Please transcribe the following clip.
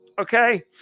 okay